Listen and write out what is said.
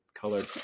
colored